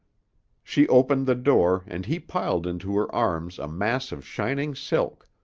she opened the door and he piled into her arms a mass of shining silk,